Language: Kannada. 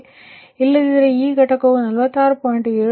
92 Pg1ಅನ್ನು ನಿರ್ದರಿಸಲಾಗಿದೆ ಏಕೆಂದರೆ ಅದು 32 MW ಆಗಿದೆ ಇಲ್ಲದಿದ್ದರೆ ಈ ಘಟಕವು 46